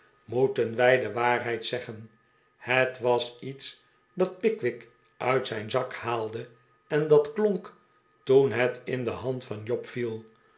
moeten wij de waarheid zeggen het was iets dat pickwick uit zijn zak haalde en dat klonk toen het in de hand van job viel